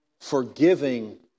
forgiving